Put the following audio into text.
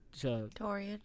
Torian